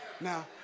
Now